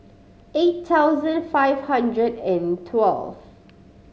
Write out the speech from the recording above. eight thousand five hundred and twelve